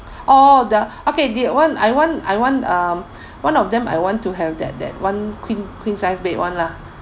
all the okay that [one] I want I want um one of them I want to have that that [one] queen queen size bed [one] lah